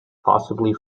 possibly